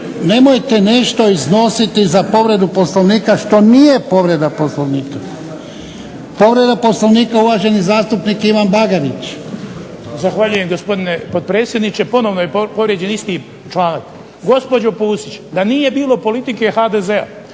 nemojte nešto iznositi za povredu Poslovnika što nije povreda Poslovnika. Povreda Poslovnika uvaženi zastupnik Ivan Bagarić. **Bagarić, Ivan (HDZ)** Zahvaljujem gospodine potpredsjedniče. Ponovno je povrijeđen isti članak. Gospođo Pusić, da nije bilo politike HDZ-a